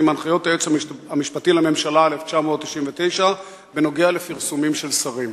ועם הנחיות היועץ המשפטי לממשלה מ-1999 בנוגע לפרסומים של שרים?